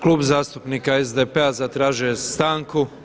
Klub zastupnika SDP-a zatražio je stanku.